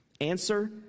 Answer